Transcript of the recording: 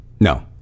No